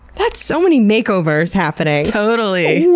that's so many makeovers happening. totally.